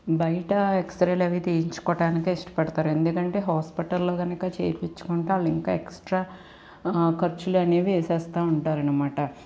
బయట ఎక్స్రేలు అవి తీయించుకోవడానికే ఇష్టపడతారు ఎందుకంటే హాస్పిటల్లో కనుక చేయించుకుంటే వాళ్ళు ఇంకా ఎక్స్ట్రా ఖర్చులు అనేవి వేసేస్తా ఉంటారనమాట